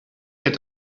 get